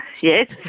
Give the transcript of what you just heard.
yes